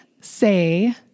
say